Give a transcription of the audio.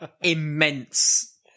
immense